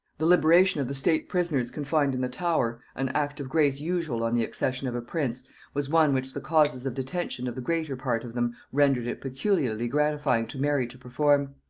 the liberation of the state-prisoners confined in the tower an act of grace usual on the accession of a prince was one which the causes of detention of the greater part of them rendered it peculiarly gratifying to mary to perform.